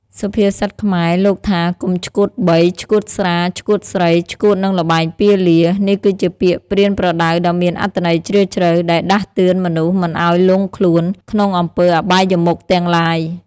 សុភាសិតខ្មែរ លោកថាកុំឆ្កួតបី ឆ្កួតស្រា ឆ្កួតស្រី ឆ្កួតនិងល្បែងពាលា នេះគឺជាពាក្យប្រៀនប្រដៅដ៏មានអត្ថន័យជ្រាលជ្រៅ ដែលដាស់តឿនមនុស្សមិនឲ្យលង់ខ្លួនក្នុងអំពើអបាយមុខទាំងឡាយ។